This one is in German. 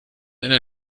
einer